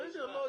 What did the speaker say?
מה?